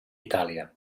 itàlia